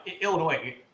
Illinois